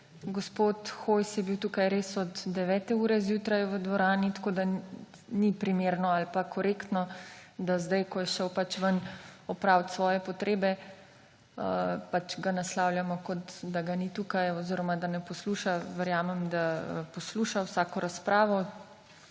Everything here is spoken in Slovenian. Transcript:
gospod Hojs je bil tukaj res od 9. ure zjutraj v dvorani. Tako da ni primerno ali pa korektno, da zdaj, ko je šel pač ven opraviti svoje potrebe, ga naslavljamo, kot da ga ni tukaj oziroma da ne posluša. Verjamem, da posluša vsako razpravo.